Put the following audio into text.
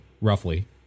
roughly